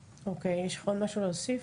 אוקיי, יש לך עוד משהו להוסיף?